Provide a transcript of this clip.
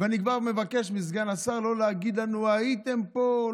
ואני כבר מבקש מסגן השר לא להגיד לנו: הייתם פה,